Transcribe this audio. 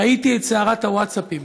ראיתי את סערת הווטסאפים,